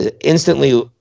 instantly